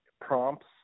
prompts